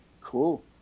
Cool